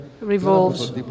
revolves